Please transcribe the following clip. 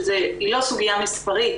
שהיא לא סוגיה מספרית,